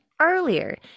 earlier